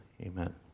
Amen